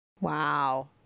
Wow